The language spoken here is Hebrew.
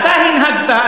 אתה הנהגת,